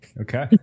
Okay